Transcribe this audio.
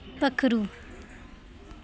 पक्खरू